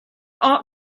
ought